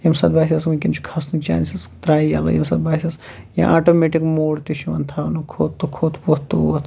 ییٚمہِ ساتہٕ باسٮ۪س وُنکٮ۪ن چھُ کھسنُک چانسٕز ترٛایہِ یلٕے ییٚمہِ ساتہٕ باسٮ۪س یا آٹَومیٚٹ موڈ تہِ چھُِ یِوان تھاونہٕ کھوٚت تہٕ کھوٚت ووتھ تہٕ ووتھ